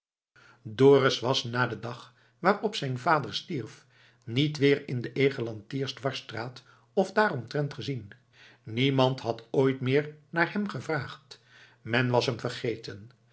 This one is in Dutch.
dorus was na den dag waarop zijn vader stierf niet weer in de egelantiersdwarsstraat of daaromtrent gezien niemand had ooit meer naar hem gevraagd men was hem vergeten